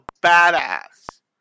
badass